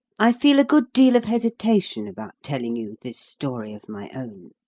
i feel a good deal of hesitation about telling you this story of my own.